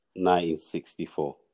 1964